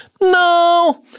no